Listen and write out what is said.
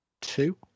two